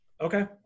Okay